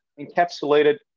encapsulated